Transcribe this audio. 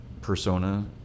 persona